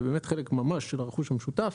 חלק ממש של הרכוש המשותף.